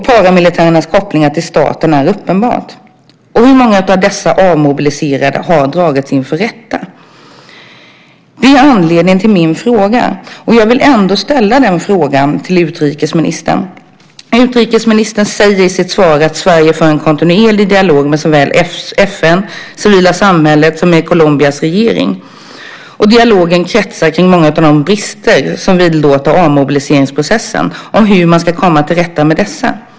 Paramilitärernas kopplingar till staten är uppenbara. Hur många av dessa avmobiliserade har dragits inför rätta? Det är anledningen till min fråga, och jag vill ändå ställa den frågan till utrikesministern. Utrikesministern säger i sitt svar att Sverige för en kontinuerlig dialog med såväl FN, det civila samhället som Colombias regering. Dialogen kretsar kring många av de brister som vidlåder avmobiliseringsprocessen och hur man ska komma till rätta med dessa.